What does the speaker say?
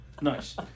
nice